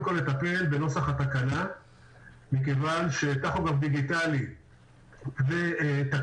כול לטפל בנוסח התקנה מכיוון שטכוגרף דיגיטלי בתקנה